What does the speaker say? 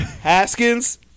Haskins